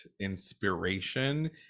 inspiration